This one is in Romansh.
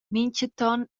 mintgaton